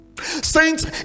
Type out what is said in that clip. saints